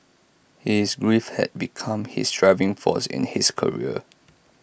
his grief had become his driving force in his career